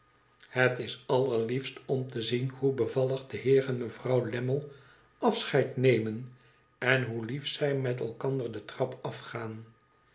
het is allerliefst om te zien hoe bevallig de heer en mevrouw lammie afscheid nemen en hoe lief zij met elkander de trap afgaan